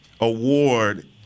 award